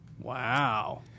Wow